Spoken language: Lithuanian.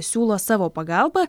siūlo savo pagalbą